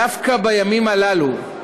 דווקא בימים הללו,